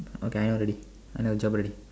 okay I know already I know a job already